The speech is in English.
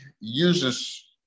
uses